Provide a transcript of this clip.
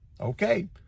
Okay